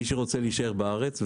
מי שרוצה להישאר בארץ,